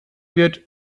wird